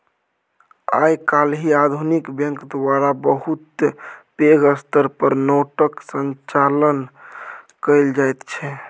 आइ काल्हि आधुनिक बैंक द्वारा बहुत पैघ स्तर पर नोटक संचालन कएल जाइत छै